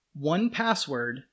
OnePassword